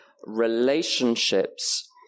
relationships